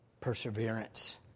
perseverance